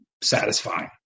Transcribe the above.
satisfying